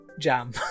jam